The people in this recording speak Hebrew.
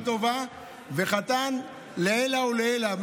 שהוא לקח גם משפחה טובה וחתן לעילא ולעילא,